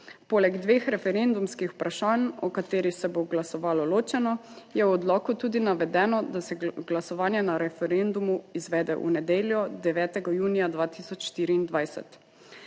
Poleg dveh referendumskih vprašanj, o katerih se bo glasovalo ločeno, je v odloku tudi navedeno, da se glasovanje na referendumu izvede v nedeljo 9. junija 2024.